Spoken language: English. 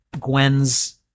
Gwen's